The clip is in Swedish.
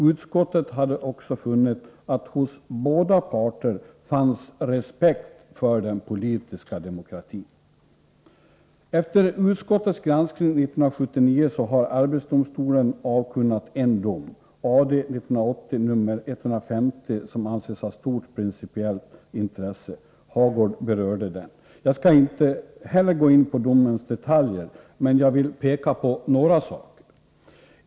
Utskottet hade också funnit att hos båda parter fanns respekt för den politiska demokratin. Efter utskottets granskning 1979 har arbetsdomstolen avkunnat en dom, AD 1980 nr 150, som anses ha stort principiellt intresse. Hagård berörde den. Jag skall inte gå in på domens detaljer, men jag vill peka på några saker.